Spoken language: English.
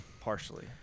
Partially